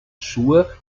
schuhe